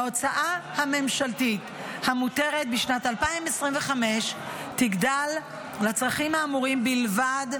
ההוצאה הממשלתית המותרת בשנת 2025 תגדל לצרכים האמורים בלבד,